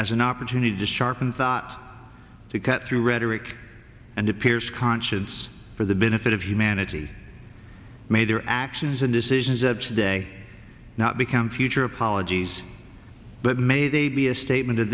as an opportunity to sharpen thought to cut through rhetoric and appears conscience for the benefit of humanity made their actions and decisions a day not become future apologies but may they be a statement